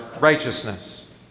righteousness